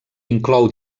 inclou